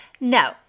No